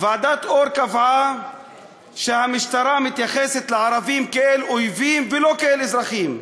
ועדת אור קבעה שהמשטרה מתייחסת לערבים כאל אויבים ולא כאל אזרחים.